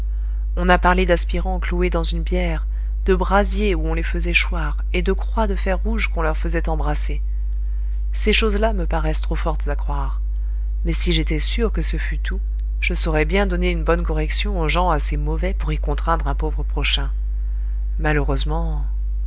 on a parlé d'aspirants cloués dans une bière de brasiers où on les faisait choir et de croix de fer rouge qu'on leur faisait embrasser ces choses-là me paraissent trop fortes à croire mais si j'étais sûr que ce fût tout je saurais bien donner une bonne correction aux gens assez mauvais pour y contraindre un pauvre prochain malheureusement